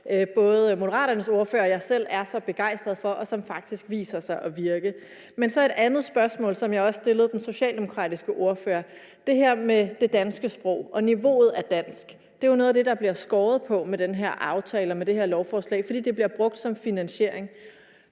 både Moderaternes ordfører og jeg selv er så begejstret for, og som faktisk viser sig at virke. Men så har jeg et andet spørgsmål, som jeg også stillede den socialdemokratiske ordfører, og det er om det her med det danske sprog og niveauet af dansk. Det er jo noget af det, der bliver skåret ned på med den her aftale og med det her lovforslag, fordi det bliver brugt som finansiering.